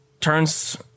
turns